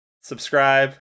subscribe